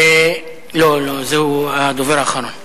אדוני היושב-ראש, כנסת נכבדה,